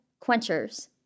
quenchers